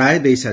ରାୟ ଦେଇସାରିଛନ୍ତି